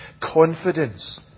confidence